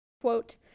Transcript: quote